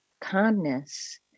calmness